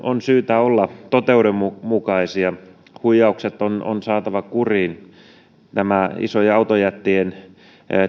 on syytä olla totuudenmukaisia huijaukset on on saatava kuriin nämä isojen autojättien